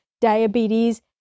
diabetes